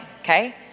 okay